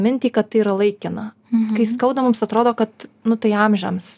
mintį kad tai yra laikina kai skauda mums atrodo kad nu tai amžiams